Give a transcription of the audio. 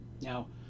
Now